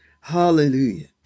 hallelujah